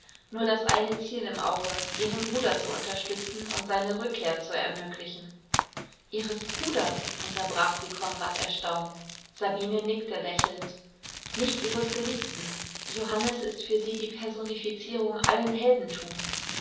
nur das eine ziel im auge ihren bruder zu unterstützen und seine rückkehr zu ermöglichen ihres bruders unterbrach sie konrad erstaunt sabine nickte lächelnd nicht ihres geliebten johannes ist für sie die personifizierung allen heldentums